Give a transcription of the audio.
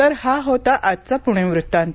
तर हा होता आजचा पूणे वृत्तांत